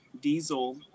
diesel